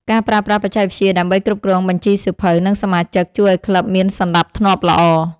ការប្រើប្រាស់បច្ចេកវិទ្យាដើម្បីគ្រប់គ្រងបញ្ជីសៀវភៅ និងសមាជិក ជួយឱ្យក្លឹបមានសណ្ដាប់ធ្នាប់ល្អ។